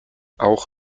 auch